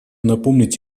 напомнить